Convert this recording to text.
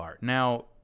Now